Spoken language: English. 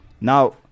Now